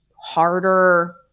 harder